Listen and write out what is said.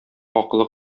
акылы